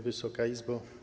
Wysoka Izbo!